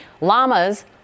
Llamas